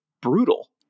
brutal